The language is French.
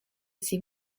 ses